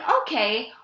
okay